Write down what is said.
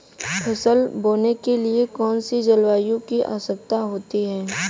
फसल बोने के लिए कौन सी जलवायु की आवश्यकता होती है?